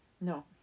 No